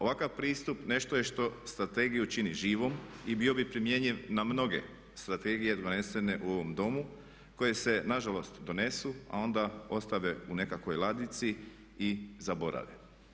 Ovakav pristup nešto je što Strategiju čini živom i bio bi primjenjiv na mnoge Strategije donesene u ovom Domu koje se nažalost donesu a onda ostave u nekakvoj ladici i zaborave.